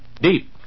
deep